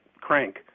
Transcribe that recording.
crank